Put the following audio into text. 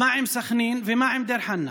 מה עם סח'נין ומה עם דיר חנא?